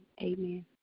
Amen